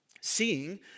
Seeing